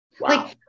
Wow